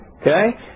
Okay